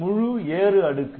முழு ஏறு அடுக்கு